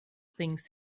things